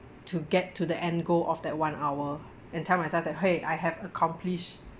to get to the end goal of that one hour and tell myself that !hey! I have accomplished